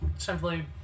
simply